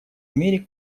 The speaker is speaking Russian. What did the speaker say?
мере